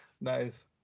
Nice